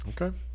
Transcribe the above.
Okay